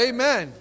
Amen